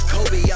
Kobe